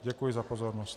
Děkuji za pozornost.